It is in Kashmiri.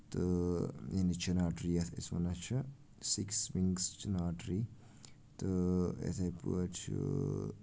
تہٕ میٲنِس چِنار ٹریَس یَتھ أسۍ وَنان چھِ سِکِس وِنگٔس چِنار ٹری تہٕ یِتھٕے پٲٹھۍ چھُ